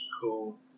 cool